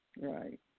Right